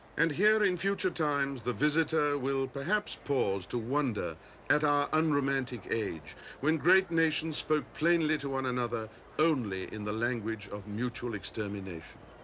and here in future times the visitor will, perhaps, pause to wonder at our unromantic age when great nations spoke plainly to one another only in the language of mutual extermination.